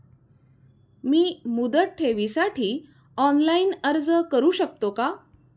मी मुदत ठेवीसाठी ऑनलाइन अर्ज करू शकतो का?